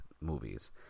movies